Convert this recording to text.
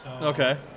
Okay